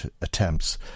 attempts